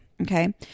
Okay